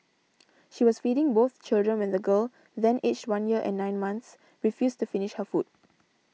she was feeding both children when the girl then aged one year and nine months refused to finish her food